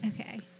Okay